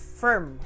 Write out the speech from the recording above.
firm